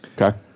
Okay